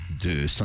de